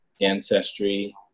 ancestry